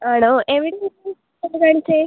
ആണോ എവിടെയായിരുന്നു ഇതിന് മുൻപ് കാണിച്ചത്